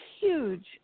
huge